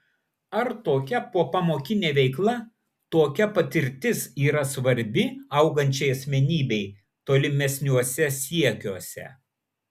ar tokia popamokinė veikla tokia patirtis yra svarbi augančiai asmenybei tolimesniuose siekiuose